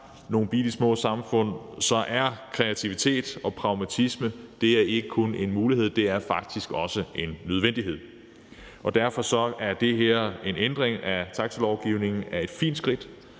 nogle bittesmå samfund, er kreativitet og pragmatisme ikke kun en mulighed, men faktisk også en nødvendighed. Derfor er den her ændring af taxalovgivningen et fint skridt